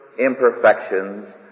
imperfections